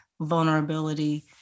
vulnerability